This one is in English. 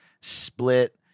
split